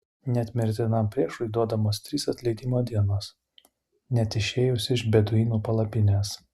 net mirtinam priešui duodamos trys atleidimo dienos net išėjus iš beduinų palapinės